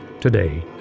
today